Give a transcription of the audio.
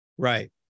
Right